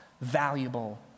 valuable